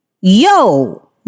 yo